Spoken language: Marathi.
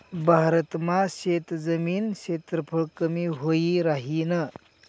भारत मा शेतजमीन क्षेत्रफळ कमी व्हयी राहीन